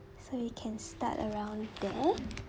so you can start around there